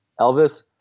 Elvis